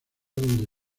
donde